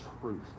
truth